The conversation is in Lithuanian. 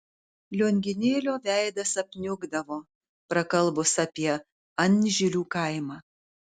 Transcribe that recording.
lionginėlio veidas apniukdavo prakalbus apie anžilių kaimą